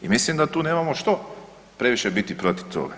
I mislim da tu nemamo što previše biti protiv toga.